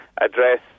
address